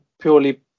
purely